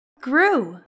grew